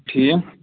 ٹھیٖک